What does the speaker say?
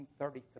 1933